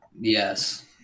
Yes